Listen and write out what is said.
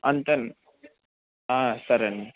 అంతేనా సరే అండి